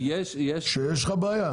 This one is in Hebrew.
שיש לך בעיה?